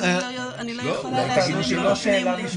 אני לא יכולה להשיב, אם לא נותנים לי.